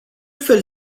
fel